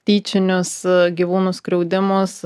tyčinius gyvūnų skriaudimas